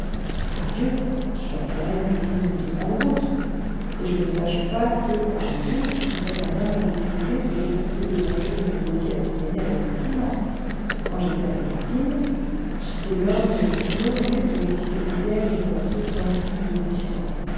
par dieu je leur ferais une cuisine de grande route et je ne sache pas que parmi vous il soit un homme assez dégoûté pour refuser de manger de mon rôti assaisonné avec du piment quand j'étais à terracine j'étais l'homme le plus renommé pour le civet de lièvre et pour la sauce d'anguille de buisson